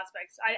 aspects